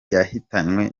yahitanywe